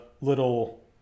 little